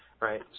right